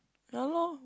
ya lor